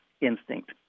instinct